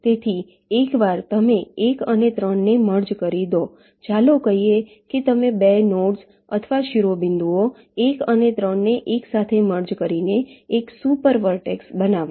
તેથી એકવાર તમે 1 અને 3 ને મર્જ કરી દો ચાલો કહીએ કે તમે 2 નોડ્સ અથવા શિરોબિંદુઓ 1 અને 3 ને એકસાથે મર્જ કરીને એક સુપર વર્ટેક્ષ બનાવો